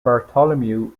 bartholomew